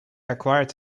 acquired